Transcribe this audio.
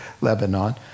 Lebanon